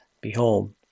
behold